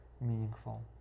meaningful